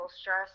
stress